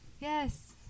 Yes